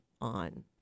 on